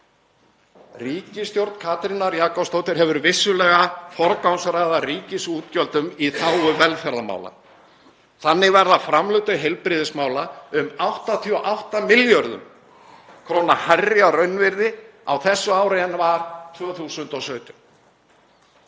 Ríkisstjórn Katrínar Jakobsdóttur hefur vissulega forgangsraðað ríkisútgjöldum í þágu velferðarmála. Þannig verða framlög til heilbrigðismála um 88 milljörðum kr. hærri að raunvirði á þessu ári en var 2017.